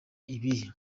ibihe